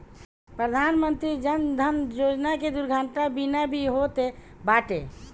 प्रधानमंत्री जन धन योजना में दुर्घटना बीमा भी होत बाटे